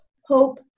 Hope